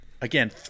again